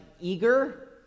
eager